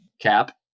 cap